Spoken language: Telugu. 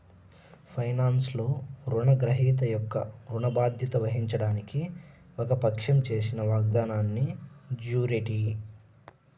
ఫైనాన్స్లో, రుణగ్రహీత యొక్క ఋణ బాధ్యత వహించడానికి ఒక పక్షం చేసిన వాగ్దానాన్నిజ్యూరిటీ